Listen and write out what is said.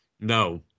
No